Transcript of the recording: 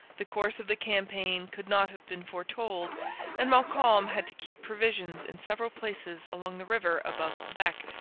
the course of the campaign could not have been foretold and montcalm had to keep provisions in several places along the river above quebec,